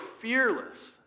fearless